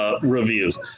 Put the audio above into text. reviews